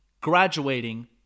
graduating